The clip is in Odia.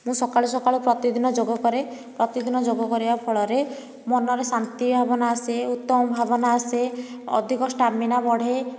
ମୁଁ ସକାଳୁ ସକାଳୁ ପ୍ରତିଦିନ ଯୋଗ କରେ ପ୍ରତିଦିନ ଯୋଗ କରିବା ଫଳରେ ମନରେ ଶାନ୍ତି ଭାବନା ଆସେ ଉତ୍ତମ ଭାବନା ଆସେ ଅଧିକ ଷ୍ଟାମିନା ବଢେ